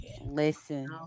listen